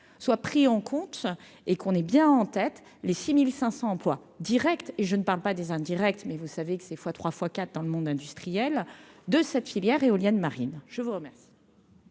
soient pris en compte et qu'on est bien en tête les 6500 emplois Directs et je ne parle pas des indirect, mais vous savez que c'est fois 3 fois, 4 dans le monde industriel de cette filière éolienne marine je vous remercie.